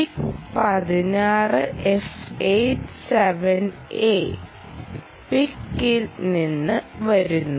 PIC 16F87A PIC ൽ നിന്ന് വരുന്നു